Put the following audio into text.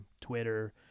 Twitter